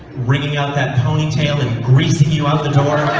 wringing out that ponytail and greasing you out the door